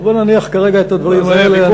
בוא נניח כרגע את הדברים האלה.